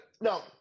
no